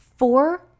four